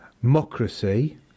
democracy